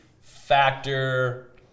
factor